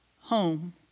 home